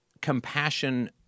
compassion